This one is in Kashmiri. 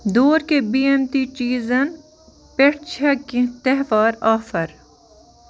دوٗر کے بَینتی چیٖزن پٮ۪ٹھ چھا کیٚنٛہہ تہوہار آفر